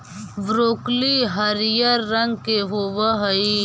broccoli हरियर रंग के होब हई